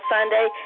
Sunday